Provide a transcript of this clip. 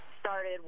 started